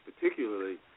particularly